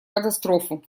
катастрофу